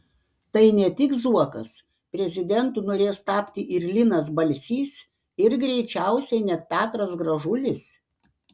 tai ne tik zuokas prezidentu norės tapti ir linas balsys ir greičiausiai net petras gražulis